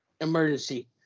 Emergency